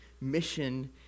mission